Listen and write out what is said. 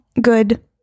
good